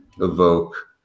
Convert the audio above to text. evoke